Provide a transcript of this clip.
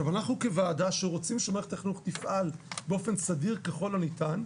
אנחנו כוועדה שרוצה שמערכת החינוך תפעל באופן סביר ככל הניתן,